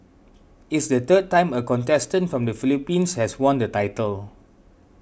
it's the third time a contestant from the Philippines has won the title